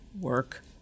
work